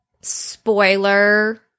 spoiler